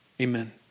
amen